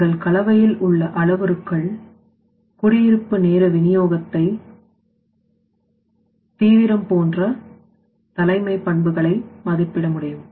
நீங்கள் கலவையில் உள்ள அளவுருக்கள் குடியிருப்பு நேர வினியோகத்தை பறவையின் தீவிரம் போன்ற தலைமைப் பண்புகளை மதிப்பிட முடியும்